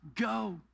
go